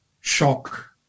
shock